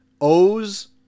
O's